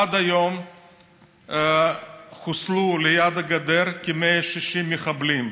עד היום חוסלו ליד הגדר כ-160 מחבלים.